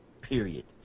period